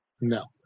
No